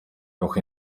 doch